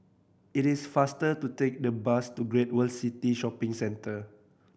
it is faster to take the bus to Great World City Shopping Centre